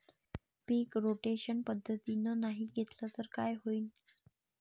पीक rotation पद्धतीनं नाही घेतलं तर काय होईन?